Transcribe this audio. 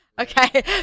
Okay